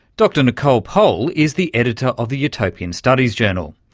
dr nicole pohl is the editor of the utopian studies journal.